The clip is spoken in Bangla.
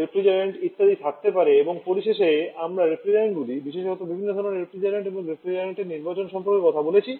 রেফ্রিজারেন্ট ইত্যাদি থাকতে পারে এবং পরিশেষে আমরা রেফ্রিজারেন্টগুলি বিশেষত বিভিন্ন ধরণের রেফ্রিজারেন্ট এবং রেফ্রিজারেন্টের নির্বাচন সম্পর্কে কথা বলেছি